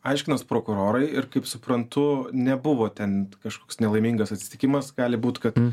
aiškinasi prokurorai ir kaip suprantu nebuvo ten kažkoks nelaimingas atsitikimas gali būti kad